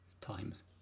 times